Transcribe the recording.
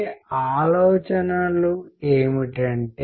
మీకు క్విజ్లు కూడా ఎలాగూ ఉంటాయి